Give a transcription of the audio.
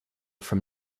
from